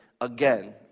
again